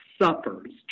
suffers